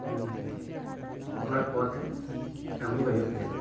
ᱚᱱᱟ ᱠᱚ ᱟᱛᱮ ᱠᱟᱹᱢᱤ ᱦᱩᱭᱩᱜ ᱜᱮᱭᱟ